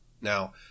Now